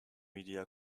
media